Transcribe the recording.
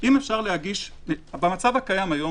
אם אפשר להגיש במצב הקיים כיום